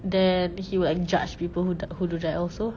then he will like judge people who d~ who do that also